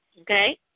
Okay